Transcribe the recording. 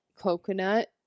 coconut